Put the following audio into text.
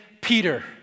Peter